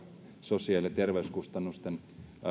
sosiaali ja terveyskustannuksia